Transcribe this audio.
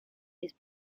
his